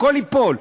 הכול ייפול.